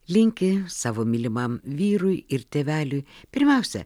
linki savo mylimam vyrui ir tėveliui pirmiausia